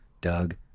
Doug